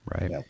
Right